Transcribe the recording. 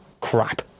crap